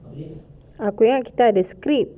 aku ingat kita ada script